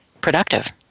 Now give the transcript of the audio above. productive